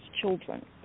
children